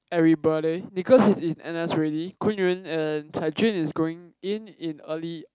everybody Nicholas is in N_S already Kun-Yuan and Cai-Jun is going in in early